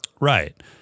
Right